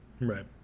Right